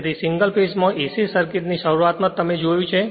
તેથી સિંગલ ફેઝમાં AC સર્કિટની શરૂઆતમાં જ જોયું છે